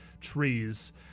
trees